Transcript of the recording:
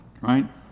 right